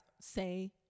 say